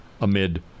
amid